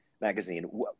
magazine